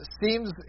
seems